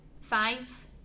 five